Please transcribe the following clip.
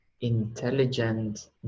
intelligent